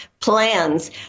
plans